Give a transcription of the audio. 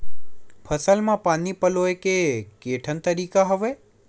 फसल म पानी पलोय के केठन तरीका हवय?